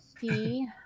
see